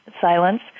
silence